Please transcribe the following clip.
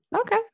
Okay